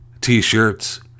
t-shirts